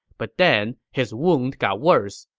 but then his wound got worse,